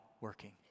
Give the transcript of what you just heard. working